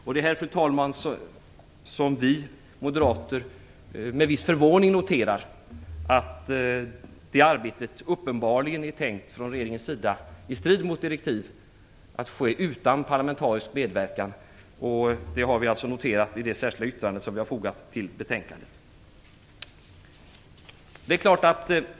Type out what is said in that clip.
Det är därför, fru talman, som vi moderater med viss förvåning noterar att det arbetet från regeringens sida uppenbarligen är tänkt - i strid mot direktiv - att ske utan parlamentarisk medverkan. Det har vi alltså noterat i det särskilda yttrande som vi fogat till betänkandet.